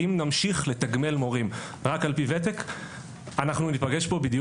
אם נמשיך לתגמל מורים רק על פי ותק אנחנו ניפגש פה בדיוק